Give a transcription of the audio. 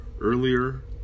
Earlier